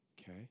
Okay